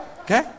Okay